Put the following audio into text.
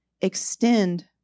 extend